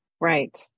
Right